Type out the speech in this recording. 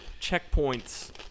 checkpoints